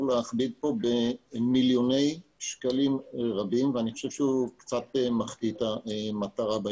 להכביד פה במיליוני שקלים רבים ואני חושב שהוא קצת מחטיא את המטרה.